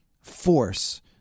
force